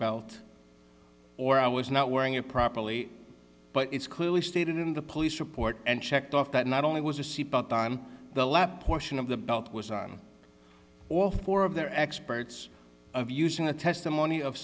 belt or i was not wearing it properly but it's clearly stated in the police report and checked off that not only was a seatbelt on the lap portion of the belt was on all four of their experts of using the testimony of